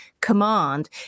command